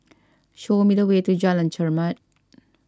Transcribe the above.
show me the way to Jalan Chermat